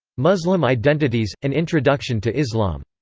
muslim identities an introduction to islam.